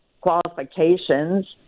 qualifications